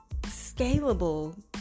scalable